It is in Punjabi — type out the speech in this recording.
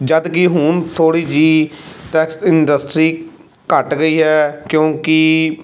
ਜਦ ਕਿ ਹੁਣ ਥੋੜ੍ਹੀ ਜਿਹੀ ਟੈਕਸ ਇੰਡਸਟਰੀ ਘੱਟ ਗਈ ਹੈ ਕਿਉਂਕਿ